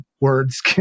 words